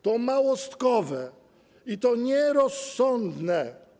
To małostkowe i nierozsądne.